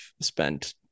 spent